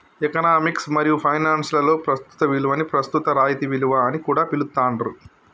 economics మరియు finance లలో ప్రస్తుత విలువని ప్రస్తుత రాయితీ విలువ అని కూడా పిలుత్తాండ్రు